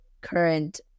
current